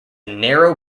narrow